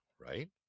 right